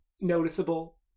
noticeable